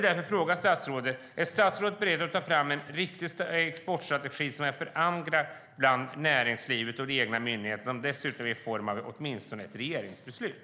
Är statsrådet beredd att ta fram en riktig exportstrategi som är förankrad i näringslivet och de egna myndigheterna som dessutom finns i form av åtminstone ett regeringsbeslut?